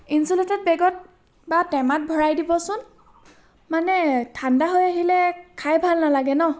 insulated বেগত বা টেমাত ভৰাই দিবচোন মানে ঠাণ্ডা হৈ আহিলে খাই ভাল নালাগে ন